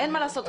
אין מה לעשות.